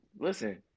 Listen